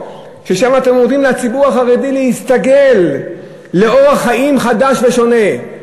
שם אתם אומרים לציבור החרדי להסתגל לאורח חיים חדש ושונה.